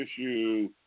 issue